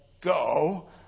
go